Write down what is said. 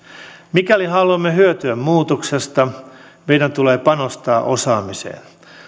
mikäli haluamme hyötyä muutoksesta meidän tulee panostaa osaamiseen